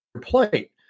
plate